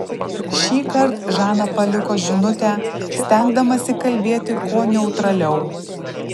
šįkart žana paliko žinutę stengdamasi kalbėti kuo neutraliau